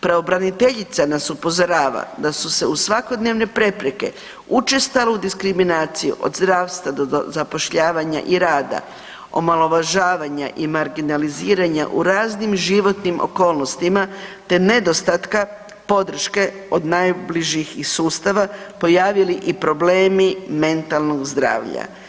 Pravobraniteljica nas upozorava da su se uz svakodnevne prepreke, učestalu diskriminaciju od zdravstva do zapošljavanja i rada, omalovažavanja i marginaliziranja u raznim životnim okolnostima, te nedostatka podrške iz najbližih iz sustava pojavili i problemi mentalnog zdravlja.